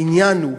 העניין הוא,